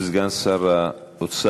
ישיב סגן שר האוצר